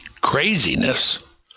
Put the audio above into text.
craziness